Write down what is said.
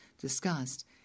discussed